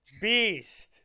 Beast